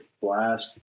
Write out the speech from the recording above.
blast